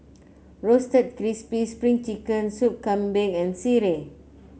Roasted Crispy Spring Chicken Sup Kambing and sireh